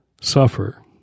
suffer